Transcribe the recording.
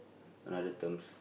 another terms